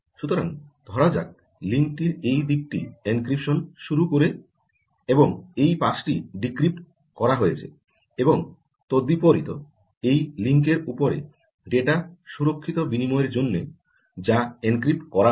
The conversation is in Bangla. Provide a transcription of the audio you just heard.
সুতরাং ধরা যাক লিঙ্কটির এই দিকটি এনক্রিপশন শুরু করে এবং এই পাশটি ডিক্রিপ্ট করা হয়েছে এবং তদ্বিপরীত এই লিঙ্কের উপরে ডেটা সুরক্ষিত বিনিময়ের জন্য যা এনক্রিপ্ট করা রয়েছে